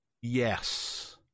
Yes